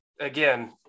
again